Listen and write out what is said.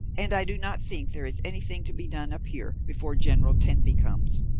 and i do not think there is anything to be done up here before general tenby comes.